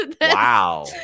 Wow